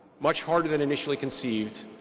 much harder than initially conceived,